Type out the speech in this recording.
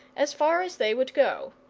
as far as they would go.